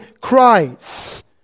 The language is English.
Christ